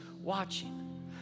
watching